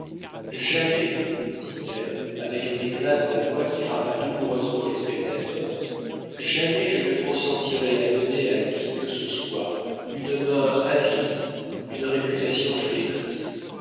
jamais dit-elle avec un éclat dans la voix qui frappa douloureusement les spectateurs jamais je ne consentirai à donner à qui que ce soit une main avilie une réputation flétrie